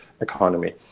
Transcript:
economy